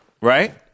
right